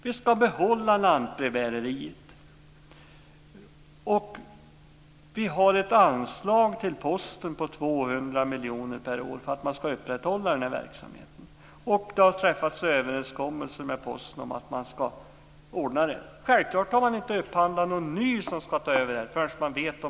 Vi ska också behålla lantbrevbärarverksamheten. Posten får ett anslag om 200 miljoner kronor per år för att upprätthålla denna verksamhet. Det har även träffats en överenskommelse med Posten om att detta ska ordnas. Självklart har man inte upphandlat någon ny intressent som ska ta över förrän man vet om